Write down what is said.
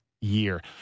year